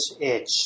itch